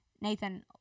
Nathan